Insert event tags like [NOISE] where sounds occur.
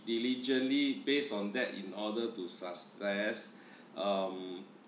diligently based on that in order to success [BREATH] um